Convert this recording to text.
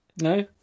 No